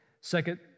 Second